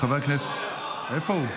איפה הוא?